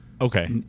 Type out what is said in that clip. Okay